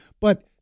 But-